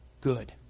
good